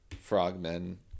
frogmen